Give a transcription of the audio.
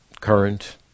current